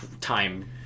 time